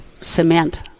cement